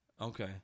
Okay